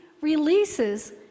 releases